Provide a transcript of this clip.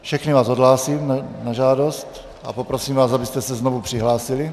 Všechny vás odhlásím na žádost a poprosím vás, abyste se znovu přihlásili.